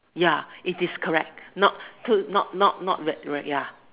ya it is correct not to not not not not re ya